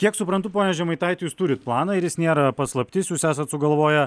kiek suprantu pone žemaitaiti jūs turit planą ir jis nėra paslaptis jūs esat sugalvoję